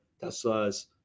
Tesla's